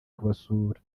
kubasura